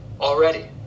already